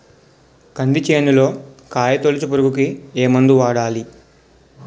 కంది చేనులో కాయతోలుచు పురుగుకి ఏ మందు వాడాలి?